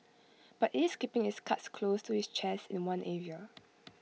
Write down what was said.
but IT is keeping its cards close to its chest in one area